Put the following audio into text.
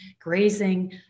grazing